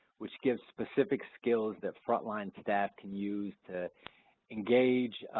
which gives specific skills that frontline staff can use to engage,